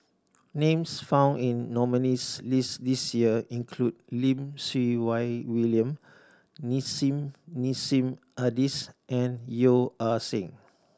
names found in nominees' list this year include Lim Siew Wai William Nissim Nassim Adis and Yeo Ah Seng